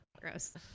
Gross